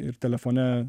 ir telefone